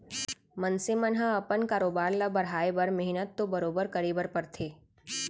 मनसे मन ह अपन कारोबार ल बढ़ाए बर मेहनत तो बरोबर करे बर परथे